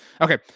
okay